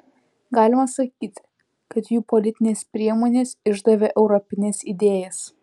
galima sakyti kad jų politinės priemonės išdavė europines idėjas